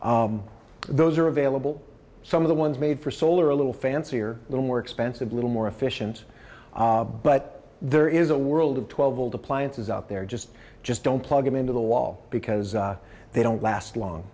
those are available some of the ones made for solar a little fancier a little more expensive little more efficient but there is a world of twelve old appliances up there just just don't plug into the wall because they don't last long